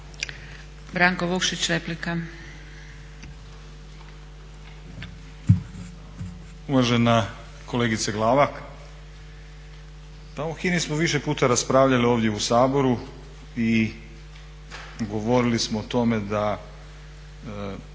Branko (Nezavisni)** Uvažena kolegice Glavak pa o HINA-i smo više puta raspravljali ovdje u Saboru i govorili smo o tome da